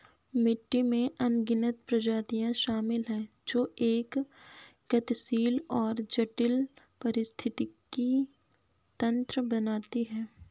मिट्टी में अनगिनत प्रजातियां शामिल हैं जो एक गतिशील और जटिल पारिस्थितिकी तंत्र बनाती हैं